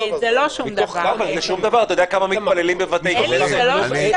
אתה יודע כמה מתפללים בבתי כנסת?